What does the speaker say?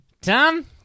Tom